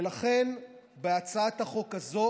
ולכן בהצעת החוק הזאת